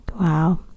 Wow